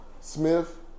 Smith